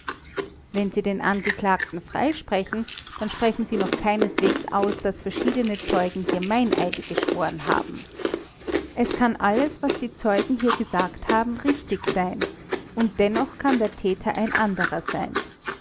wenn sie den angeklagten freisprechen dann sprechen sie noch keineswegs aus daß verschiedene zeugen hier meineide geschworen haben es kann alles was die zeugen hier gesagt haben richtig sein und dennoch kann der täter ein anderer sein